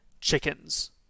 chickens